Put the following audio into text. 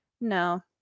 no